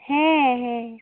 ᱦᱮᱸ ᱦᱮᱸ